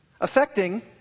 Affecting